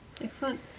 excellent